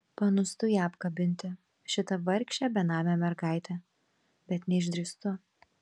panūstu ją apkabinti šitą vargšę benamę mergaitę bet neišdrįstu